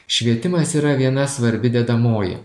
švietimas yra viena svarbi dedamoji